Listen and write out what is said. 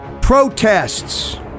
Protests